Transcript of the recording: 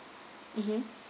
mmhmm